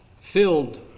filled